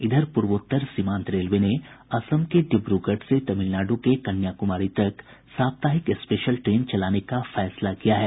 इधर पूर्वोत्तर सीमांत रेलवे ने असम के डिब्र्गढ़ से तमिलनाडु के कन्या कुमारी तक साप्ताहिक स्पेशल ट्रेन चलाने का फैसला किया है